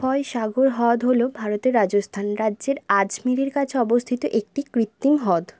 ফয় সাগর হ্রদ হল ভারতের রাজস্থান রাজ্যের আজমেরের কাছে অবস্থিত একটি কৃত্রিম হ্রদ